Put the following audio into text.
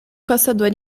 caçador